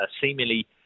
seemingly